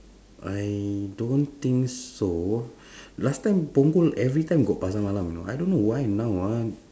I don't think so last time punggol every time got pasar malam you know I don't know why now ah